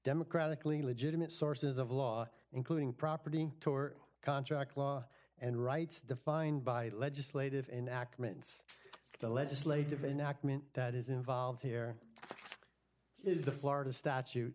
democratically legitimate sources of law including property tort contract law and rights defined by legislative in ackermann's the legislative in act meant that is involved here is the florida statute